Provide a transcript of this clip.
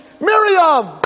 Miriam